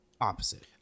opposite